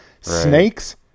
Snakes